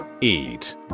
eat